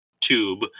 tube